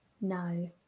No